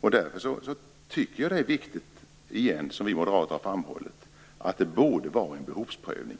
Därför tycker jag, som vi moderater har framhållit, att det borde ske en behovsprövning.